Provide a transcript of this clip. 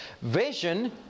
Vision